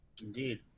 indeed